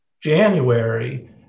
January